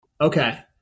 Okay